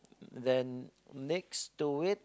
then next to it